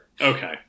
Okay